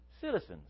citizens